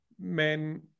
men